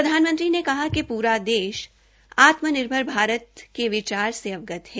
प्रधानमंत्री ने कहा कि पूरा देश आत्मनिर्भर भारत के विचार से अवगत है